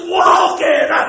walking